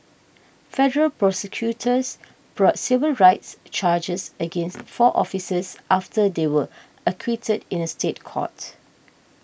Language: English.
federal prosecutors brought civil rights charges against four officers after they were acquitted in a State Court